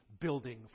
building